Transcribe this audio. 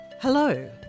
Hello